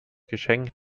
geschenk